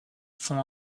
font